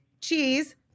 cheese